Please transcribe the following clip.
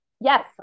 yes